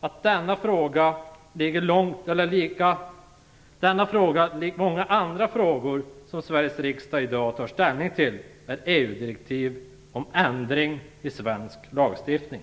att denna fråga - likt många andra frågor som Sveriges riksdag i dag tar ställning till - är EU-direktiv om ändring i svensk lagstiftning.